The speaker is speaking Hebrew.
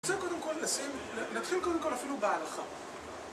רוצה קודם כל לשים, נתחיל קודם כל אפילו בהלכה